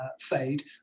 fade